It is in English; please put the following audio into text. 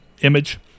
image